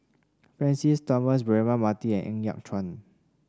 Francis Thomas Braema Mathi and Ng Yat Chuan